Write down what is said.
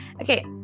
Okay